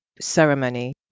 ceremony